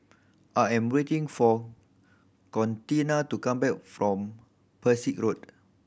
I am waiting for Contina to come back from Pesek Road